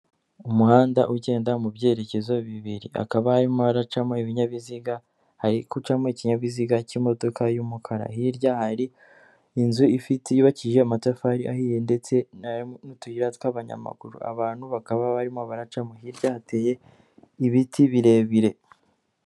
Umuhanda ugenda mu byerekezo bibiri hakaba harimo haracamo ibinyabiziga, hari gucamo ikinyabiziga cy'imodoka y'umukara, hirya hari inzu ifite yubakije amatafari ahiye ndetse n'utuyira tw'abanyamaguru, abantu bakaba barimo baracamo hirya hateye ibiti birebire.